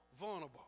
vulnerable